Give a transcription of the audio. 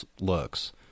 looks